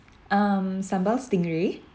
um sambal stingray